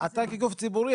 כגוף ציבורי,